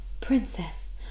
princess